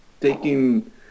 taking